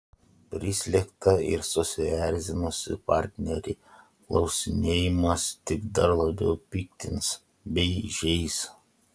prislėgtą ir susierzinusį partnerį klausinėjimas tik dar labiau piktins bei žeis